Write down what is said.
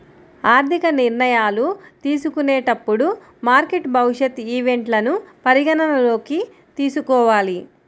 ఆర్థిక నిర్ణయాలు తీసుకునేటప్పుడు మార్కెట్ భవిష్యత్ ఈవెంట్లను పరిగణనలోకి తీసుకోవాలి